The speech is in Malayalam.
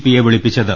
പിയെ വിളിപ്പിച്ചത്